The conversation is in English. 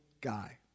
guy